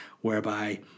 whereby